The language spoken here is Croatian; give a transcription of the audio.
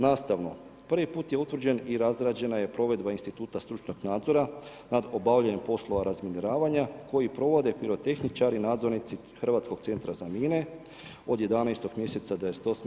Nastavno, prvi put je utvrđen i razrađena je provedba instituta stručnog nadzora nad obavljanjem poslova razminiravanja koji provode pirotehničari, nadzornici Hrvatskog centra za mine, od 11. mjeseca '98.